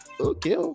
okay